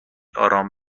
آرام